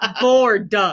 bored